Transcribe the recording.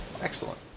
excellent